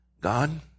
God